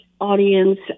audience